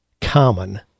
common